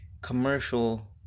commercial